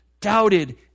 doubted